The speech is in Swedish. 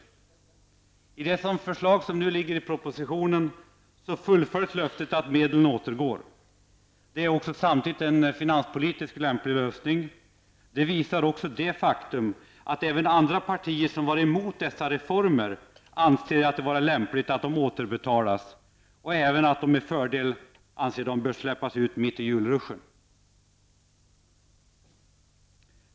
Med det förslag som nu ligger i propositionen fullföljs löftet att medlen återgår. Det är samtidigt en finanspolitiskt lämplig lösning. Det visar också det faktum att även partier som var emot dessa reformer anser att det är lämpligt att pengarna återbetalas och t.o.m. att de med fördel bör släppas ut mitt i julruschen.